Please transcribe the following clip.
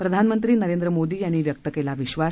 प्रधानमंत्री नरेंद्र मोदी यांनी व्यक्त केला विश्वास